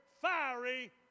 fiery